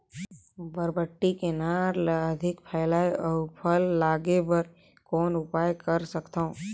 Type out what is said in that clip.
बरबट्टी के नार ल अधिक फैलाय अउ फल लागे बर कौन उपाय कर सकथव?